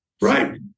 Right